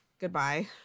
Goodbye